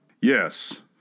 Yes